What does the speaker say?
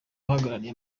uhagarariye